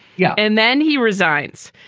yeah. and then he resigns.